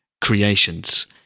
creations